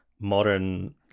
modern